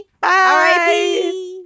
Bye